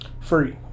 Free